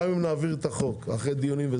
גם אם נעביר את החוק אחרי דיונים,